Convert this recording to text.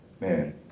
man